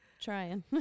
Trying